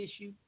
issue